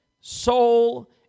soul